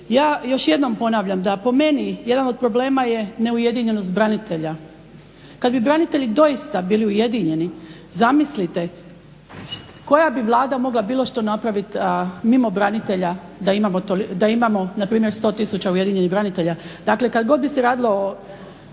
Ja još jednom ponavljam da po meni jedan od problema je neujedinjenost branitelja. Kad bi branitelji doista bili ujedinjeni zamislite koja bi Vlada mogla bilo što napraviti mimo branitelja da imamo na primjer 100000 ujedinjenih branitelja. Dakle, kad god bi se radilo